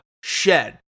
shed